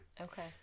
Okay